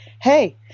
hey